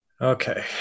Okay